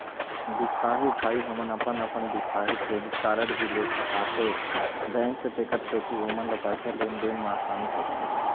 दिखाही भाई हमन अपन अपन दिखाही क्रेडिट कारड भी ले सकाथे बैंक से तेकर सेंथी ओमन ला पैसा लेन देन मा आसानी होथे?